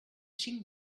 cinc